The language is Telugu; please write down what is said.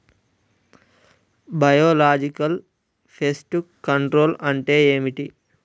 బయోలాజికల్ ఫెస్ట్ కంట్రోల్ అంటే ఏమిటి?